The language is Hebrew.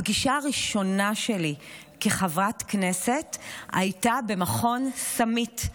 הפגישה הראשונה שלי כחברת כנסת הייתה במכון סאמיט,